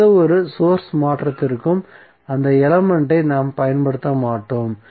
எந்தவொரு சோர்ஸ் மாற்றத்திற்கும் அந்த எலமென்ட்டை நாம் பயன்படுத்த மாட்டோம்